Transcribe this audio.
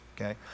okay